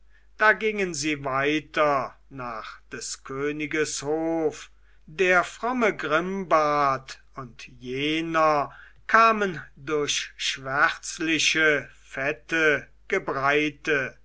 da gingen sie weiter nach des königes hof der fromme grimbart und jener kamen durch schwärzliche fette gebreite